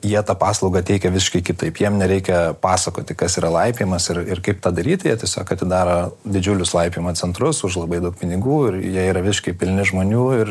jie tą paslaugą teikia visiškai kitaip jiem nereikia pasakoti kas yra laipiojimas ir ir kaip tą daryt jie tiesiog atidaro didžiulius laipiojimo centrus už labai daug pinigų ir jie yra visiškai pilni žmonių ir